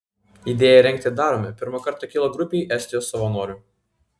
idėja rengti darome pirmą kartą kilo grupei estijos savanorių